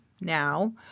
now